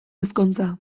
ezkontza